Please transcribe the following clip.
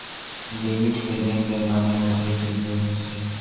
Debit से लेनदेन बने होथे कि क्रेडिट से?